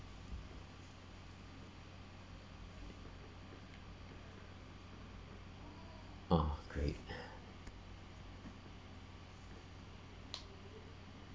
oh great